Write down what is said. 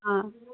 অঁ